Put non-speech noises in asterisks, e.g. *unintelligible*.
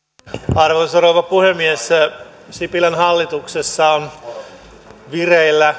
arvoisa rouva puhemies sipilän hallituksessa on vireillä *unintelligible*